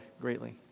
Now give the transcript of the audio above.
greatly